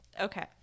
Okay